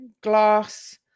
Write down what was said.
glass